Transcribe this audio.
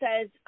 says